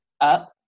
up